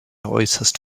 äußerst